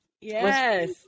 Yes